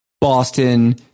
Boston